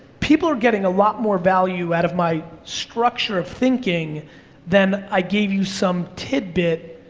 people are getting a lot more value out of my structure of thinking than i gave you some tidbit,